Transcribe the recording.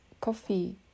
coffee